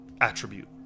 attribute